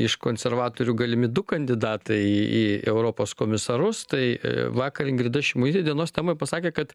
iš konservatorių galimi du kandidatai į europos komisarus tai vakar ingrida šimonytė dienos temoj pasakė kad